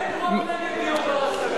אין רוב נגד דיור בר-השגה.